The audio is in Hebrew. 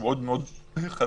מאוד מאוד חזק,